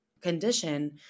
condition